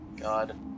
God